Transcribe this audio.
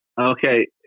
Okay